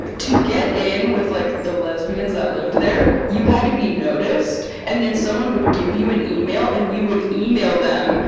to get in with like the lesbians that lived there, you had to be noticed, and then someone would give you an email and you would email them.